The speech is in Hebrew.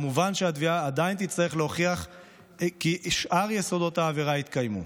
מובן שהתביעה עדיין תצטרך להוכיח כי שאר יסודות העבירה התקיימו.